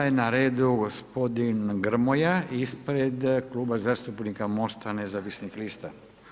Sada je na redu gospodin Grmoja ispred Kluba zastupnika Mosta nezavisnih lista.